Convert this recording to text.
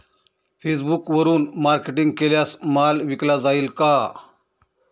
फेसबुकवरुन मार्केटिंग केल्यास माल विकला जाईल का?